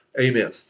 Amen